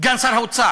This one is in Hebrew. סגן שר האוצר.